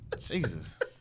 Jesus